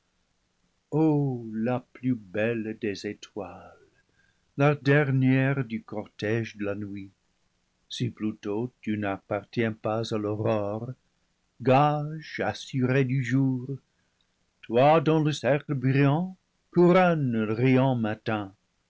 o la plus belle des étoiles la dernière du cortége de la nuit si plutôt lu n'appartiens pas à l'aurore gage assuré du jour toi dont le cercle brillant couronne le riant matin